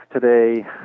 today